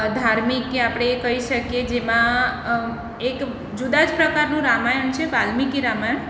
ધાર્મિક કે આપણે કહી શકીએ કે જેમાં એક જુદા જ પ્રકારનું રામાયણ છે વાલ્મિકી રામાયણ